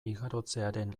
igarotzearen